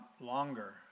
longer